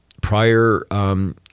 prior